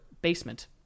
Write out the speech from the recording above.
basement